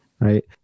right